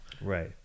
right